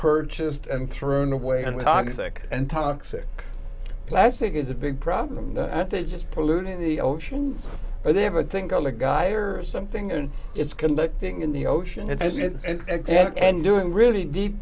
purchased and thrown away on with toxic and toxic plastic is a big problem that they just pollute in the ocean but they have a thing called a guy or something and it's conducting in the ocean and doing really deep